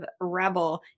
rebel